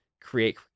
create